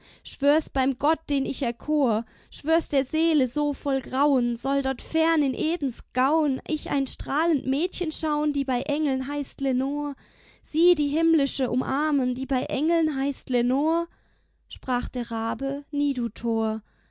schwör's beim gott den ich erkor schwör's der seele so voll grauen soll dort fern in edens gauen ich ein strahlend mädchen schauen die bei engeln heißt lenor sie die himmlische umarmen die bei engeln heißt lenor sprach der rabe nie du tor